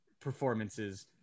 performances